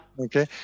okay